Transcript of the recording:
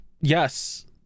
yes